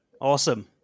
Awesome